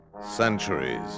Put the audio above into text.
Centuries